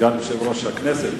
סגן יושב-ראש הכנסת,